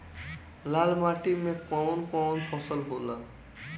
लाल माटी मे कवन कवन फसल होला?